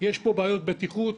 יש פה בעיות בטיחות.